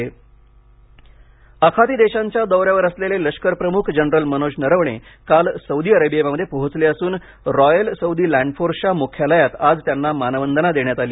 लष्कर प्रमख जनरल मनोज नरवणे आखाती देशांच्या दौऱ्यावर असलेले लष्कर प्रमुख जनरल मनोज नरवणे काल सौदी अरेबियामध्ये पोहोचले असून रॉयल सौदी लँडफोर्सच्या मुख्यालयात आज त्यांना मानवंदना देण्यात आली